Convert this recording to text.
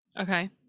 Okay